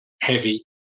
heavy